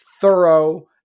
thorough